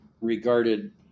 regarded